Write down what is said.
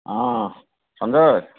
হয় সঞ্জয়